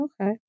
okay